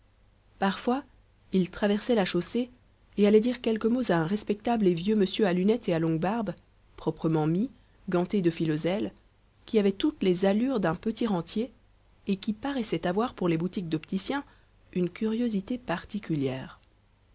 parfois il traversait la chaussée et allait dire quelques mots à un respectable et vieux monsieur à lunettes et à longue barbe proprement mis ganté de filosèle qui avait toutes les allures d'un petit rentier et qui paraissait avoir pour les boutiques d'opticien une curiosité particulière